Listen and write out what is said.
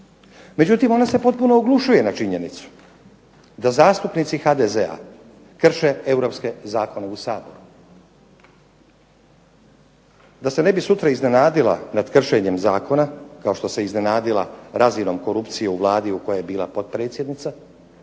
međutim ona se potpuno oglušuje na činjenicu da zastupnici HDZ-a krše europske zakone u Saboru. Da se ne bi sutra iznenadila nad kršenjem zakona, kao što se iznenadila razinom korupcije u Vladi u kojoj je bila potpredsjednica,